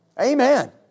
Amen